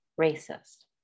racist